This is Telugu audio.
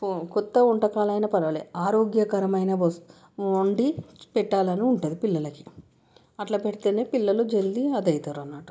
కొత్త వంటకాలు అయినా పర్వాలేదు ఆరోగ్యకరమైన వస్త్ వండి పెట్టాలని ఉంటుంది పిల్లలకి అట్లా పెడితేనే పిల్లలు జల్దీ అది అయితారు అనట్టు